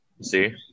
See